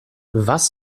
was